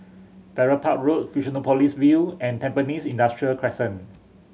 Farrer Park Road Fusionopolis View and Tampines Industrial Crescent